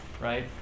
right